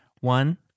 One